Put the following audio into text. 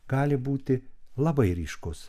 gali būti labai ryškus